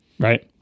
Right